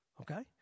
Okay